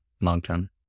long-term